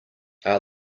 are